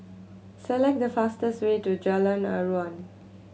select the fastest way to Jalan Aruan